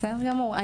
בסדר גמור.